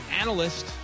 analyst